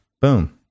Boom